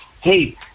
hey